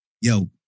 yo